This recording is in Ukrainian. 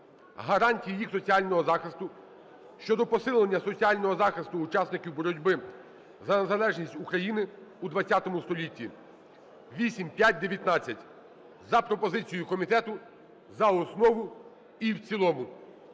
гарантії їх соціального захисту" щодо посилення соціального захисту учасників боротьби за незалежність України у XX столітті (8519) за пропозицією комітету за основу і в цілому.